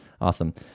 awesome